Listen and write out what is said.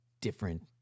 different